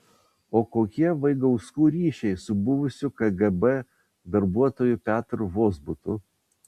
o kokie vaigauskų ryšiai su buvusiu kgb darbuotoju petru vozbutu